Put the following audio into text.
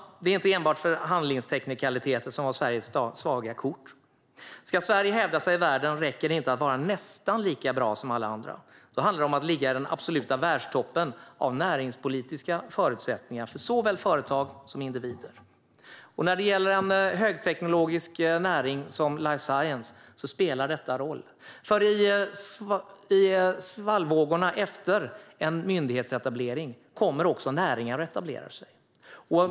Det var inte enbart förhandlingsteknikaliteter som var Sveriges svaga kort. Ska Sverige hävda sig i världen räcker det inte att vara nästan lika bra som alla andra. Då handlar det om att ligga i den absoluta världstoppen av näringspolitiska förutsättningar för såväl företag som individer. När det gäller en högteknologisk näring som life science spelar detta roll, för i svallvågorna efter en myndighetsetablering kommer också näringar att etablera sig.